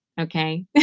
Okay